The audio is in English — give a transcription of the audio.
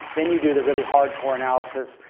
then you do the really hard-core analysis,